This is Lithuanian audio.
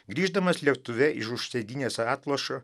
grįždamas lėktuve iš už sėdynės atlošo